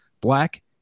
black